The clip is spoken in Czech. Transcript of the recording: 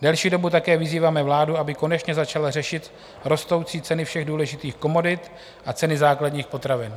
Delší dobu také vyzýváme vládu, aby konečně začala řešit rostoucí ceny všech důležitých komodit a ceny základních potravin.